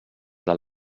del